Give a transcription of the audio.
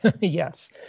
yes